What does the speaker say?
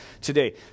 today